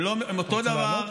הם אותו דבר,